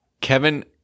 kevin